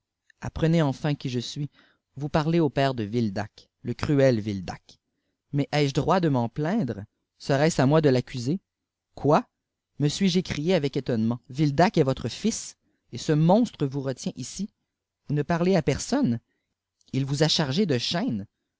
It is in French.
apprenez enfin qui je suis vous parlez au père de vildac le cruel vildad mais ai-je droit de m'en plaindre serait-ce à moi de l'accuser quoi me suis-je décrié avec étohnement vildac est votre fils et ce monstre vous réfient ici vous ne pariez à personne il vous a chargé de chaînes